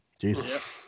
Jesus